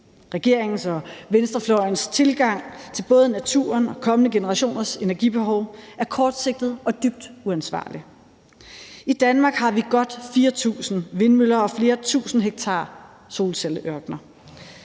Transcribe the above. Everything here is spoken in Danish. Regeringens og venstrefløjens tilgang til både naturen og kommende generationers energibehov er kortsigtet og dybt uansvarlig. I Danmark har vi godt 4.000 vindmøller og flere tusinde hektar solcelleørkener.